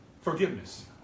forgiveness